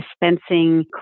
dispensing